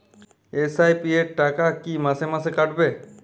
SIP র টাকা কী মাসে মাসে কাটবে?